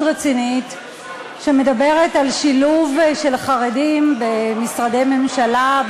רצינית שמדברת על שילוב של החרדים במשרדי ממשלה,